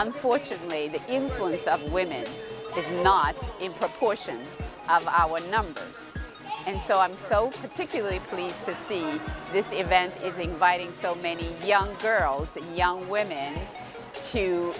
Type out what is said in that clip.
unfortunately the influence of women is not in proportion of our number and so i'm so particularly pleased to see this event is inviting so many young girls and young women to